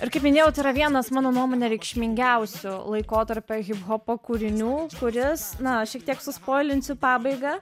ir kaip minėjau tai yra vienas mano nuomone reikšmingiausių laikotarpio hiphopo kūrinių kuris na šiek tiek suskrolinsiu pabaigą